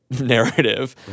Narrative